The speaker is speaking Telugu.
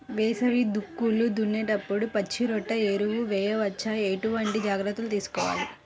వేసవి దుక్కులు దున్నేప్పుడు పచ్చిరొట్ట ఎరువు వేయవచ్చా? ఎటువంటి జాగ్రత్తలు తీసుకోవాలి?